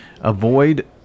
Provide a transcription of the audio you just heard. Avoid